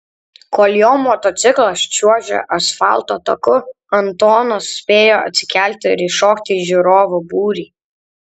kol jo motociklas čiuožė asfalto taku antonas spėjo atsikelti ir įšokti į žiūrovų būrį